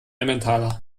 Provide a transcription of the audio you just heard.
emmentaler